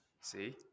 see